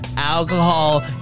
Alcohol